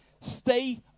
stay